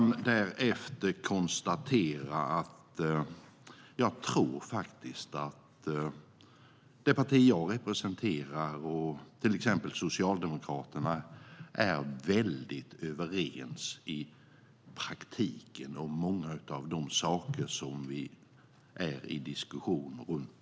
Låt mig för det andra konstatera att jag tror att det parti jag representerar och till exempel Socialdemokraterna i praktiken är överens om många av de saker som vi diskuterar i dag.